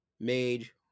mage